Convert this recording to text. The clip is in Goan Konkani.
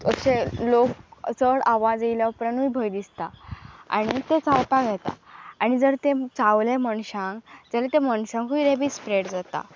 अशे लोक चड आवाज येयल्या उपरांतूय भंय दिसता आनी तें चावपाक येता आनी जर तें चावले मनशांक जाल्यार त्या मनशांकूय रेबीस स्प्रेड जाता